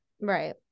Right